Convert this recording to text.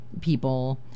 people